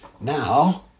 Now